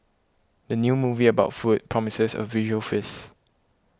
the new movie about food promises a visual feast